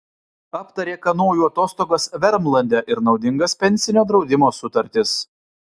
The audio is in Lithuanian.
aptarė kanojų atostogas vermlande ir naudingas pensinio draudimo sutartis